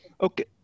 Okay